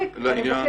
בריק, אני מבקשת.